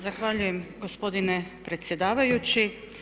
Zahvaljujem gospodine predsjedavajući.